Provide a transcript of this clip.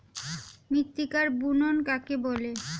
মৃত্তিকার বুনট কাকে বলে?